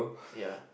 ya